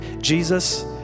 Jesus